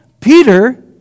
Peter